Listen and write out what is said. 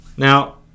Now